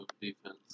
defense